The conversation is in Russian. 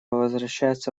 возвращается